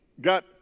got